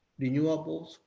renewables